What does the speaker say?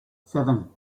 seven